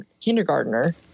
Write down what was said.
kindergartner